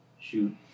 Shoot